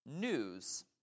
news